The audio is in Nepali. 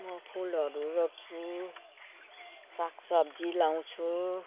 म फुलहरू रोप्छु साग सब्जी लगाउँछु